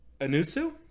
Anusu